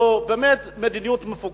זה ראש ממשלה שיש לו באמת מדיניות מפוכחת?